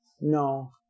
no